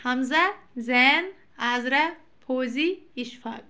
Hamza Zain Azra Fauzi Ishfaq